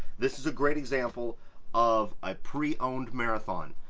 this is a great example of a pre-owned marathon.